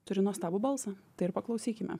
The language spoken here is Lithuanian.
turi nuostabų balsą tai ir paklausykime